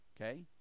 okay